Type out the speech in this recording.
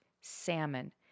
salmon